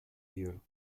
you